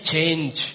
Change